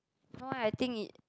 no I think it